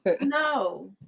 No